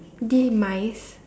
demise